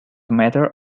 matter